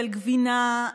של גבינה,